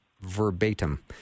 verbatim